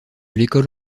l’école